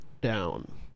down